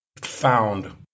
found